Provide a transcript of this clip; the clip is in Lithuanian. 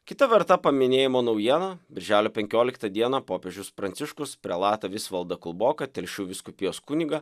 kita verta paminėjimo naujiena birželio penkioliktą dieną popiežius pranciškus prelatą visvaldą kulboką telšių vyskupijos kunigą